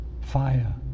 fire